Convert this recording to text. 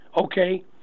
okay